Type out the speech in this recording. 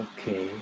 Okay